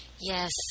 Yes